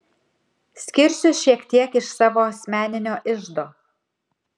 skirsiu šiek tiek iš savo asmeninio iždo